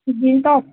jeans top